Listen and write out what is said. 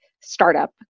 startup